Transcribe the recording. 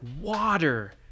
water